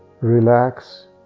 relax